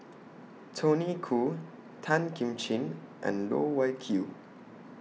Tony Khoo Tan Kim Ching and Loh Wai Kiew